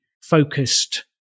focused